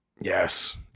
Yes